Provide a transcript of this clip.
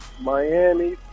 miami